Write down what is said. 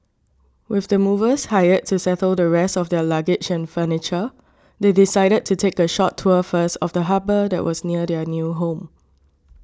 with the movers hired to settle the rest of their luggage and furniture they decided to take a short tour first of the harbour that was near their new home